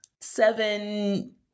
Seven